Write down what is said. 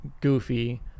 goofy